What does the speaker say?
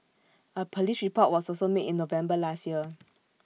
A Police report was also made in November last year